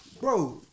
bro